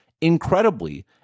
Incredibly